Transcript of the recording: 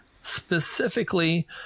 specifically